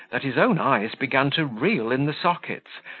that his own eyes began to reel in the sockets,